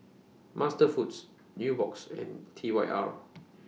MasterFoods Nubox and T Y R